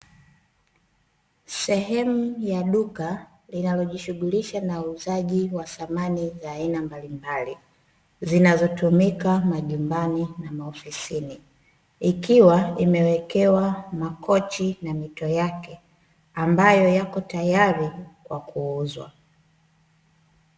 Sehemu ya duka linalojishughulisha na uuzaji wa samani za aina mbalimbali, zinazotumika majumbani na maofisini ikiwa imewekewa makochi na mito yake, ambayo yako tayari kwa kuuuzwa.